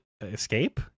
escape